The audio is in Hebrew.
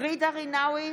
ג'ידא רינאוי